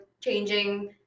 changing